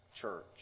church